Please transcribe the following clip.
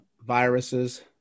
viruses